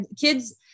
kids